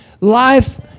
Life